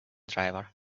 driver